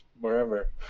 wherever